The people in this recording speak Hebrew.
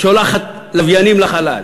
ששולחת לוויינים לחלל,